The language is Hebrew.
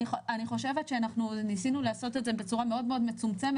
אני חושבת שאנחנו ניסינו לעשות את זה בצורה מאוד מאוד מצומצמת,